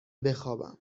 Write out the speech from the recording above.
بخوابم